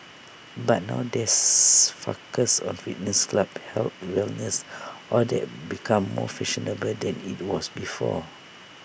but now there's focus on fitness clubs health wellness all that becomes more fashionable than IT was before